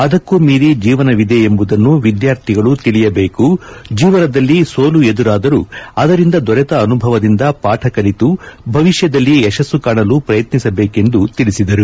ಅದಕ್ಕೂ ಮೀರಿ ಜೀವನವಿದೆ ಎಂಬುದನ್ನು ವಿದ್ಯಾರ್ಥಿಗಳು ತಿಳಿಯಬೇಕು ಜೀವನದಲ್ಲಿ ಸೋಲು ಎದುರಾದರೂ ಅದರಿಂದ ದೊರೆತ ಅನುಭವದಿಂದ ಪಾಠ ಕಲಿತು ಭವಿಷ್ಯದಲ್ಲಿ ಯಶಸ್ಸು ಕಾಣಲು ಪ್ರಯತ್ನಿಸಬೇಕೆಂದು ತಿಳಿಸಿದರು